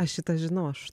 aš šitą žinau aš